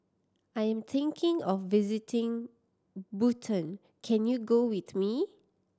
I'm thinking of visiting Bhutan can you go with me